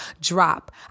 drop